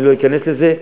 אני לא אכנס לזה,